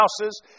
houses